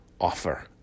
offer